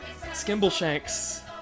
Skimbleshanks